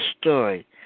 story